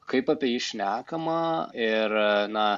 kaip apie jį šnekama ir na